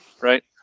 Right